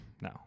No